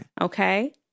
Okay